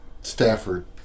Stafford